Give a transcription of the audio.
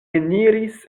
eniris